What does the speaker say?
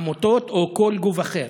עמותות או כל גוף אחר.